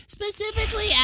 specifically